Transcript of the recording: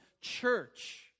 church